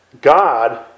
God